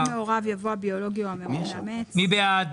אחרי "מהוריו" יבוא "הביולוגי או המאמץ" מי בעד,